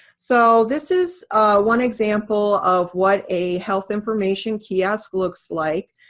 so this is one example of what a health information kiosk looks like.